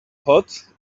hot